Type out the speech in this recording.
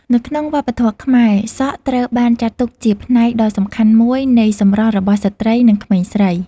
នៅក្នុងវប្បធម៌ខ្មែរ សក់ត្រូវបានចាត់ទុកជាផ្នែកដ៏សំខាន់មួយនៃសម្រស់របស់ស្ត្រី និងក្មេងស្រី។